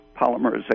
polymerization